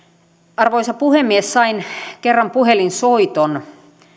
arvoisa puhemies sain kerran puhelinsoiton